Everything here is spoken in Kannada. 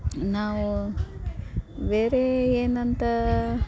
ನಾವು ಬೇರೆ ಏನಂತ